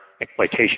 exploitation